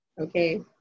okay